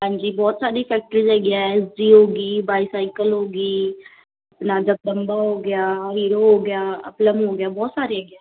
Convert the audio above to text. ਹਾਂਜੀ ਬਹੁਤ ਸਾਰੀ ਫੈਕਟਰੀਜ਼ ਹੈਗੀਆਂ ਜੀ ਓਗੀ ਬਾਈਸਾਈਕਲ ਹੋ ਗਈ ਹੋ ਗਿਆ ਹੀਰੋ ਹੋ ਗਿਆ ਅਪਲਮ ਹੋ ਗਿਆ ਬਹੁਤ ਸਾਰੇ ਹੈਗੇ ਆ